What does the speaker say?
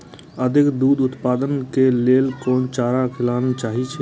अधिक दूध उत्पादन के लेल कोन चारा खिलाना चाही?